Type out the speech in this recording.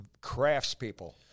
craftspeople